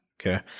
Okay